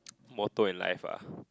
motto in life ah